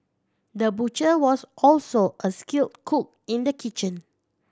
the butcher was also a skill cook in the kitchen